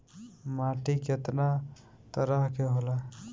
माटी केतना तरह के होला?